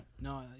no